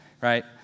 right